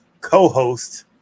co-host